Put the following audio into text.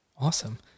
awesome